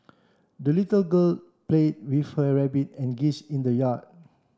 the little girl played with her rabbit and geese in the yard